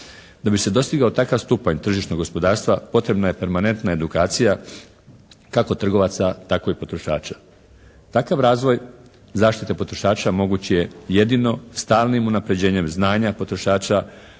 Da bi se dostigao takav stupanj tržišnog gospodarstva potrebna je permanentna edukacija kako trgovaca, tako i potrošača. Takav razvoj zaštite potrošača moguć je jedino stalnim unapređenjem znanja potrošača,